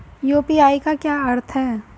UPI का क्या अर्थ है?